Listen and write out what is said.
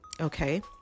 Okay